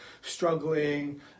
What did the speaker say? struggling